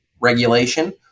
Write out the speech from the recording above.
regulation